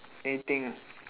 anything ah